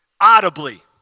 audibly